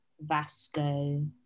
vasco